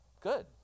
good